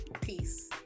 Peace